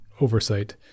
oversight